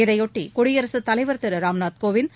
இதையொட்டி குடியரசுத் தலைவர் திரு ராம்நாத் கோவிந்த்